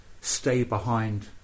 stay-behind